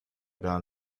gar